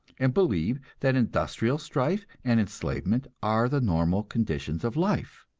and believe that industrial strife and enslavement are the normal conditions of life.